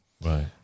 Right